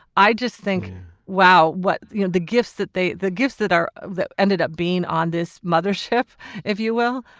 i just think wow what you know the gifts that the gifts that are that ended up being on this mother ship if you will.